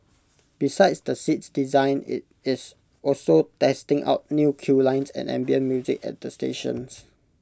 besides the seats designs IT is also testing out new queue lines and ambient music at the stations